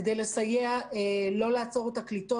כדי לסייע ולא לעצור את הקליטות,